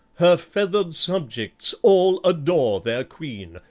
her feathered subjects all adore their queen,